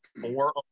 four